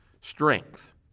strength